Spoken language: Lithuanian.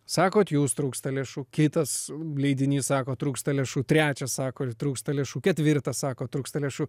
sakot jūs trūksta lėšų kitas leidinys sako trūksta lėšų trečias sako ir trūksta lėšų ketvirtas sako trūksta lėšų